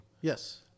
Yes